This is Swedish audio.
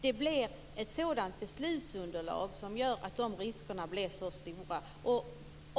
Det blev ett sådant beslutsunderlag att riskerna blev stora.